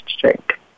drink